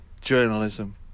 journalism